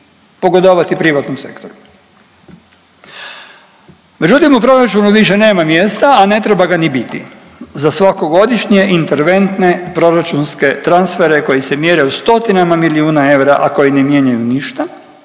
pogodovati privatnom sektoru. Međutim u proračunu više nema mjesta, a ne treba ga ni biti za svako godišnje interventne proračunske transfere koji se mjere u stotinama milijuna eura, a koji ne mijenjaju ništa,